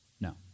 No